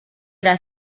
era